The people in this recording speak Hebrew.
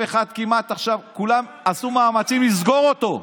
כמעט עכשיו כולם עשו מאמצים לסגור אותו,